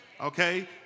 Okay